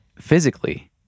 physically